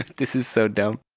this is so dumb.